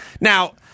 now